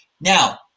Now